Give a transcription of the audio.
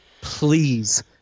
please